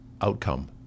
outcome